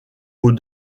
aux